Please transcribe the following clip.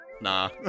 nah